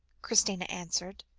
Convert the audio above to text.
christina answered,